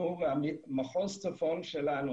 מחוז צפון שלנו,